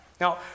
Now